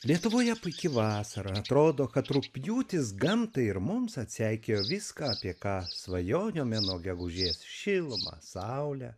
lietuvoje puiki vasara atrodo kad rugpjūtis gamtai ir mums atseikėjo viską apie ką svajojome nuo gegužės šilumą saulę